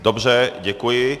Dobře, děkuji.